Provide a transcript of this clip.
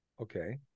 Okay